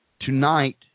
tonight